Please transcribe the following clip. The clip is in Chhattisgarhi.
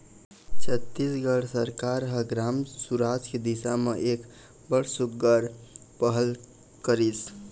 छत्तीसगढ़ सरकार ह ग्राम सुराज के दिसा म एक बड़ सुग्घर पहल करिस